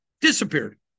disappeared